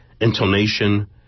Intonation